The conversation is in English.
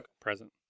present